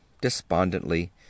despondently